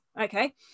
okay